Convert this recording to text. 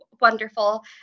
wonderful